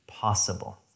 possible